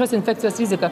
šios infekcijos rizika